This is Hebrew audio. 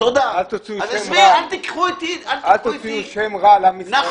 אל תוציאו שם רע לעם ישראל.